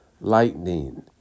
lightning